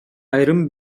айрым